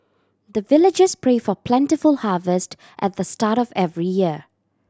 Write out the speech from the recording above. the villagers pray for plentiful harvest at the start of every year